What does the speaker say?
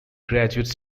graduate